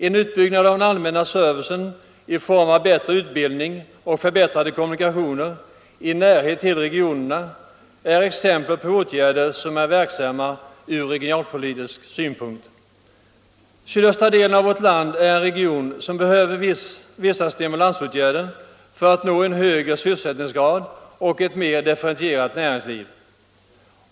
En utbyggnad av den allmänna servicen i form av bättre utbildning och förbättrade kommunikationer i närhet till regionerna är exempel på åtgärder som är verksamma ur regionalpolitisk synpunkt. Sydöstra delen av vårt land är en region som behöver vissa stimulansåtgärder för att nå en högre sysselsättningsgrad och ett mer differentierat näringsliv.